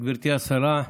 גברתי השרה,